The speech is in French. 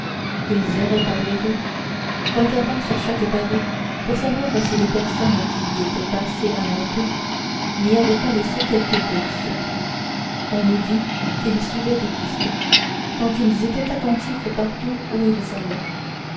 ils erraient par les rues regardant sur chaque pavé pour savoir si les personnes qui y étaient passées avant eux n'y avaient pas laissé quelque bourse on eût dit qu'ils suivaient des pistes tant ils étaient attentifs partout où ils allaient